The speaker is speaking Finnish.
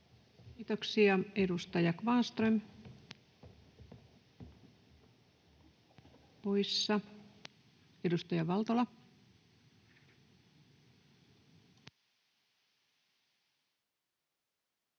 Kiitoksia. — Edustaja Kvarnström poissa. Edustaja Valtola. Arvoisa